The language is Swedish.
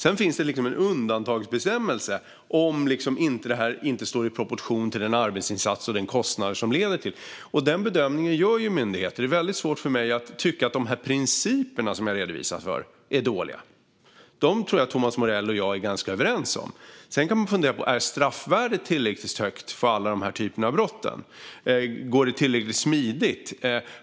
Sedan finns det en undantagsbestämmelse om detta inte står i proportion till den arbetsinsats och den kostnad det leder till. Den bedömningen gör myndigheten. Det är väldigt svårt för mig att tycka att de här principerna som jag redovisat är dåliga. Dem tror jag att Thomas Morell och jag är ganska överens om. Sedan kan man fundera: Är straffvärdet tillräckligt högt för alla de här typerna av brott? Går det tillräckligt smidigt?